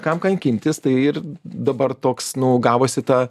kam kankintis tai ir dabar toks nu gavosi ta